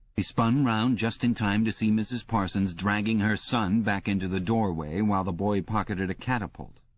he spun round just in time to see mrs. parsons dragging her son back into the doorway while the boy pocketed a catapult.